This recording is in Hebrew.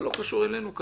זה לא קשור אלינו,